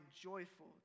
joyful